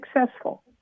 successful